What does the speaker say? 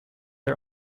are